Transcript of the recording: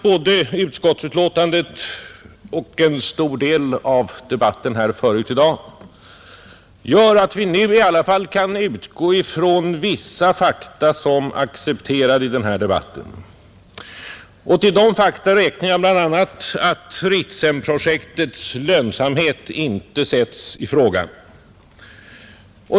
Både utskottsbetänkandet och en stor del av debatten tidigare i dag gör att vi nu i alla fall kan utgå från vissa fakta som accepterade. Till dem räknar jag att Ritsemprojektets lönsamhet inte sätts i fråga.